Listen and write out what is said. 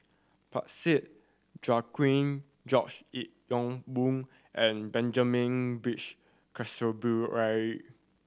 Parsick Joaquim George Yeo Yong Boon and Benjamin Peach Keasberry